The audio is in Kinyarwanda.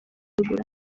kwegura